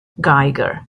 geiger